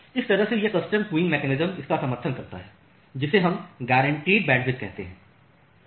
इस तरह से यह कस्टम क्वींग मैकेनिज्म इसका समर्थन करता है जिसे हम गॉरन्टीड बैंडविड्थ कहते हैं